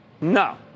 No